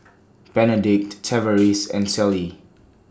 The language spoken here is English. Benedict Tavaris and Celie